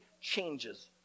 changes